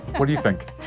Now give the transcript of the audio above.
what do you think?